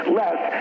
less